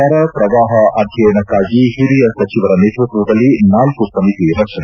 ಬರ ಪ್ರವಾಹ ಅಧ್ಯಯನಕ್ಕಾಗಿ ಹಿರಿಯ ಸಚಿವರ ನೇತೃತ್ವದಲ್ಲಿ ನಾಲ್ಕು ಸಮಿತಿ ರಚನೆ